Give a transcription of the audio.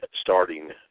starting